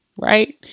right